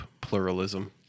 pluralism